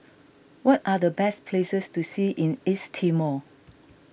what are the best places to see in East Timor